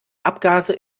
abgase